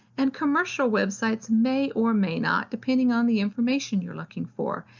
and commercial websites may or may not depending on the information you're looking for.